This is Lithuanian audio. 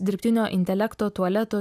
dirbtinio intelekto tualeto